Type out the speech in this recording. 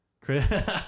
Chris